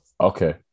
Okay